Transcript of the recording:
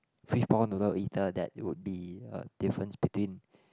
fishball noodle eater that would be a difference between